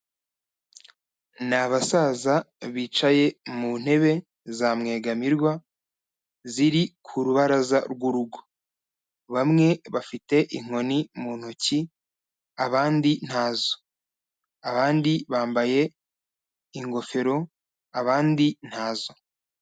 Ni abasaza bicaye mu ntebe za mwegamirwa ziri ku rubaraza rw'urugo, bamwe bafite inkoni mu ntoki abandi ntazo, abandi bambaye ingofero abandi ntazo.